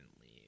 leave